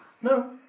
No